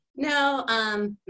No